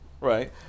right